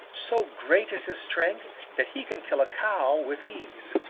so great is his strength that he can kill a cow with ease.